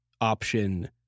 option